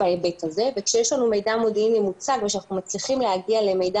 כאשר יש לנו מידע מודיעיני מוצק ואנחנו מצליחים להגיע למידע